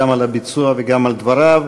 גם על הביצוע וגם על דבריו,